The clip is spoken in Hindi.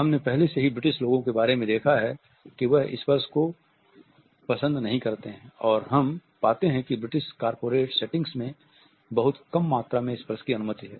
हमने पहले से ही ब्रिटिश लोगों के बारे में देखा है कि वह स्पर्श को पसंद नहीं करते हैं और हम पाते हैं कि ब्रिटिश कॉर्पोरेट सेटिंग में बहुत कम मात्रा में स्पर्श की अनुमति है